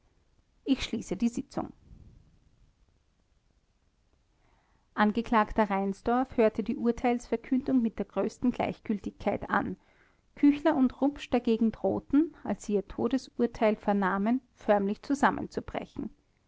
ich schließe die sitzung angeklagter reinsdorf hörte die urteilsverkündung mit der größten gleichgültigkeit an küchler und rupsch dagegen drohten als sie ihr todesurteil vernahmen förmlich zusammenzubrechen